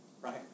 right